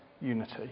unity